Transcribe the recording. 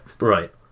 Right